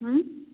ହୁଁ